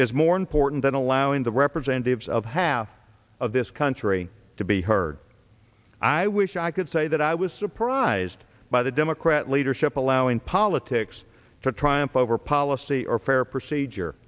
is more important than allowing the representatives of half of this country to be heard i wish i could say that i was surprised by the democrat leadership allowing politics to triumph over policy or fair procedure